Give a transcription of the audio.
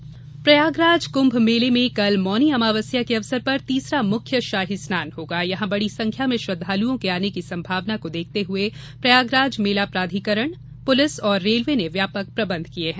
कुंभ मेला प्रयागराज कुंभ मेले में कल मौनी अमावस्या के अवसर पर तीसरा मुख्य शाही रनान होगा यहां बड़ी संख्या में श्रद्वालुओं के आने की संभावना को देखते हुए प्रयागराज मेला प्राधिकरण पुलिस और रेलवे ने व्यापक प्रबंध किये हैं